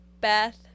Beth